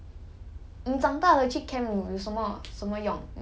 五岁二十六岁出去 camp 就